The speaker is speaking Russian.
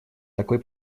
такой